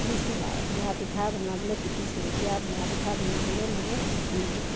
শিকিছোঁ আৰু বৰা পিঠা বনাবলৈ শিকিছোঁ এতিয়া বৰা পিঠা বনাবলৈ মই শিকিলোঁ